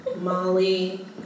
Molly